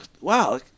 Wow